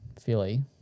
Philly